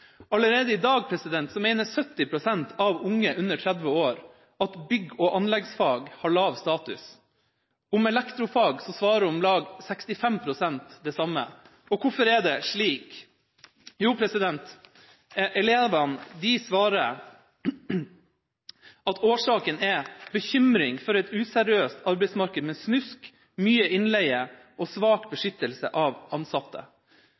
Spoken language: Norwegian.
Allerede i dag mener 70 pst. av unge under 30 år at bygg- og anleggsfag har lav status. Om elektrofag svarer om lag 65 pst. det samme. Hvorfor er det slik? Jo, elevene svarer at årsaken er bekymring for et useriøst arbeidsmarked med snusk, mye innleie og svak beskyttelse av ansatte.